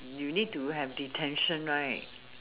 you need to have detention right